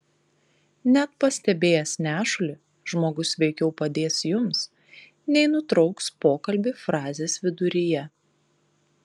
net pastebėjęs nešulį žmogus veikiau padės jums nei nutrauks pokalbį frazės viduryje